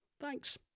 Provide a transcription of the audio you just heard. thanks